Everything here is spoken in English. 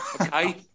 Okay